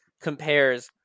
compares